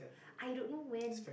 I don't know when